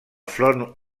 front